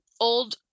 old